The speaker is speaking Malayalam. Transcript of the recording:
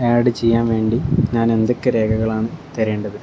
ആഡ് ചെയ്യാൻ വേണ്ടി ഞാൻ എന്തൊക്കെ രേഖകളാണ് തരേണ്ടത്